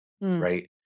Right